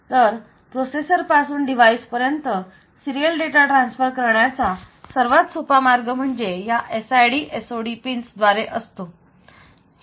तर प्रोसेसर पासून डिवाइस पर्यंत सिरीयल डेटा ट्रान्सफर करण्याचा सर्वात सोपा मार्ग म्हणजे या SIDSOD पिन्स द्वारे असतो